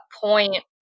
point